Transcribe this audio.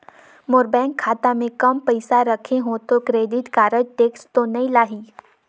मोर bank खाता मे काम पइसा रखे हो तो क्रेडिट कारड टेक्स तो नइ लाही???